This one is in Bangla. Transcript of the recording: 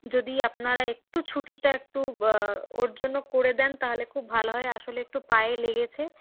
যদি আপনারা একটু ছুটিটা একটু ওর জন্য করে দেন তাহলে খুব ভালো হয় আসলে একটু পায়ে লেগেছে